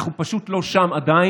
אנחנו פשוט לא שם עדיין,